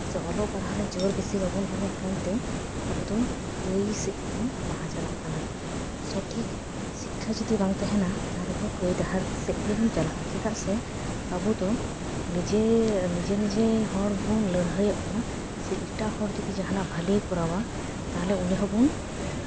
ᱚᱞᱚᱜ ᱯᱟᱲᱦᱟᱜ ᱨᱮ ᱡᱳᱨ ᱵᱮᱥᱤ ᱵᱟᱵᱚᱱ ᱮᱢᱮᱫ ᱛᱮ ᱟᱵᱚ ᱫᱚ ᱠᱟᱹᱭ ᱥᱮᱫ ᱛᱮᱵᱚᱱ ᱞᱟᱦᱟ ᱪᱟᱞᱟᱜ ᱠᱟᱱᱟ ᱥᱚᱴᱷᱤᱠ ᱥᱤᱠᱠᱷᱟ ᱡᱩᱫᱤ ᱵᱟᱝ ᱛᱟᱦᱮᱱᱟ ᱛᱟᱦᱞᱮ ᱫᱚ ᱠᱟᱹᱭ ᱰᱟᱦᱟᱨ ᱥᱮᱫ ᱜᱮᱵᱚᱱ ᱪᱟᱞᱟᱜᱼᱟ ᱪᱮᱫᱟᱜ ᱥᱮ ᱟᱵᱚ ᱫᱚ ᱱᱤᱡᱮ ᱱᱤᱡᱮ ᱱᱤᱡᱮ ᱦᱚᱲ ᱜᱮᱵᱚᱱ ᱞᱟᱹᱲᱦᱟᱹᱭᱚᱜ ᱠᱟᱱᱟ ᱥᱮ ᱮᱴᱟᱜ ᱦᱚᱲ ᱡᱩᱫᱤ ᱡᱟᱦᱟᱱᱟᱜ ᱵᱷᱟᱹᱞᱤ ᱠᱚᱨᱟᱣᱟ ᱛᱟᱦᱞᱮ ᱩᱱᱤ ᱦᱚᱸᱵᱚᱱ